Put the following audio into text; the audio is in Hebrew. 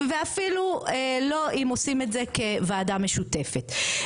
ואפילו לא אם עושים את זה כוועדה משותפת.